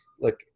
look